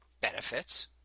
benefits